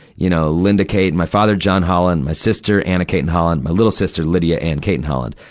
you know, lynda cayton, my father john holland, my sister, anna cayton-holland, my little sister, lydia ann cayton-holland.